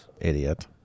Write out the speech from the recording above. Idiot